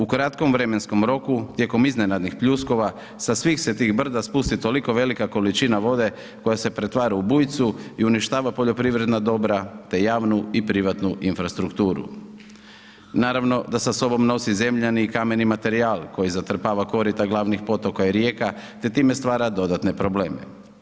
U kratkom vremenskom roku tijekom iznenadnih pljuskova sa svih se tih brda spusti tolika velika količine vode koja se pretvara u bujicu i uništava poljoprivredna dobra te javnu i privatnu infrastrukturu. naravno da sa sobom nosi zemljani i kameni materijal koji zatrpava korita glavnih potoka i rijeka te time stvara dodatne probleme.